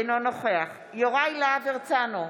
אינו נוכח יוראי להב הרצנו,